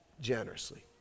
generously